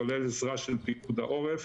כולל עזרה של פיקוד העורף,